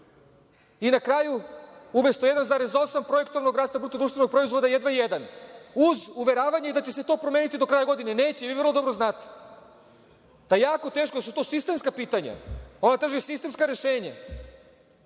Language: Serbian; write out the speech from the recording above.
Na kraju, umesto 1,8% projektovanog rasta bruto društvenog proizvoda – jedva 1%, uz uveravanje da će se to promeniti do kraja godine. Neće, i vi vrlo dobro znate. Jako teško, jer su to sistemska pitanja. Ona traže sistemsko rešenje.